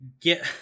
get